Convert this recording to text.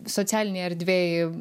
socialinėj erdvėj